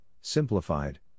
simplified